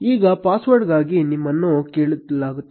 ಈಗ ಪಾಸ್ವರ್ಡ್ಗಾಗಿ ನಿಮ್ಮನ್ನು ಕೇಳಲಾಗುತ್ತದೆ